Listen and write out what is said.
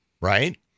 right